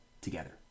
together